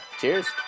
Cheers